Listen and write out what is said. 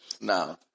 Now